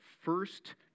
first